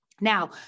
Now